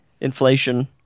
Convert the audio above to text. inflation